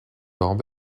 orb